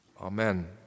Amen